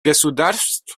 государств